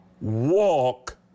Walk